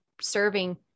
serving